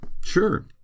Sure